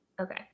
Okay